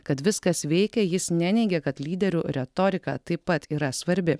kad viskas veikia jis neneigė kad lyderių retorika taip pat yra svarbi